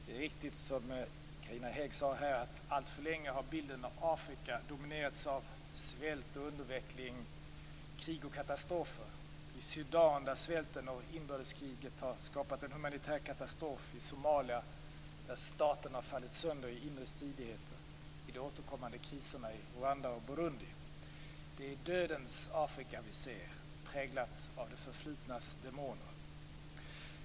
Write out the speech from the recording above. Fru talman! Det är riktigt som Carina Hägg sade att alltför länge har bilden av Afrika dominerats av svält och underutveckling, krig och katastrofer. Så har det varit i Sudan där svälten och inbördeskriget har skapat en humanitär katastrof, i Somalia där staten har fallit sönder i inre stridigheter och i de återkommande kriserna i Rwanda och Burundi. Det är dödens Afrika vi ser, präglat av det förflutnas demoner.